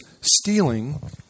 stealing